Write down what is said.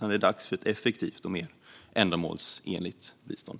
Det är dags för ett effektivt och mer ändamålsenligt bistånd.